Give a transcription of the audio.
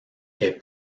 est